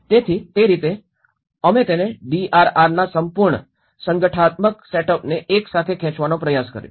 તેથી તે રીતે અમે તેને ડીઆરઆર ના સંપૂર્ણ સંગઠનાત્મક સેટઅપને એક સાથે ખેંચવાનો પ્રયાસ કર્યો